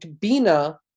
Bina